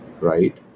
Right